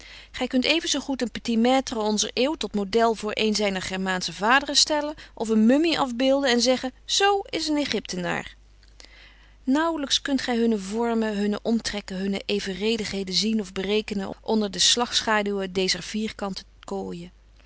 gij kunt even zoo goed een petit-maître onzer eeuw tot model voor een zijner germaansche vaderen stellen of een mummie afbeelden en zeggen zoo is een egyptenaar nauwelijks kunt gij hunne vormen hunne omtrekken hunne evenredigheden zien of berekenen onder de slagschaduwen dezer vierkante kooien